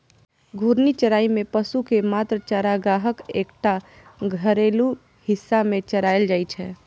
घूर्णी चराइ मे पशु कें मात्र चारागाहक एकटा घेरल हिस्सा मे चराएल जाइ छै